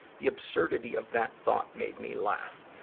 the absurdity of that thought made me laugh.